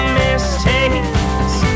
mistakes